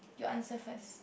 you answer first